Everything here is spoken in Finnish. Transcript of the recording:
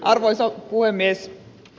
arvoisa puhemies